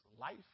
life